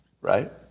right